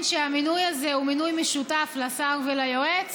שהמינוי הזה הוא מינוי משותף לשר וליועץ,